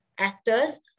Actors